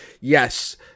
Yes